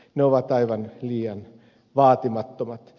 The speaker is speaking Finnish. ne ovat aivan liian vaatimattomat